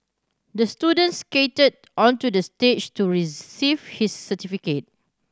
the student skated onto the stage to receive his certificate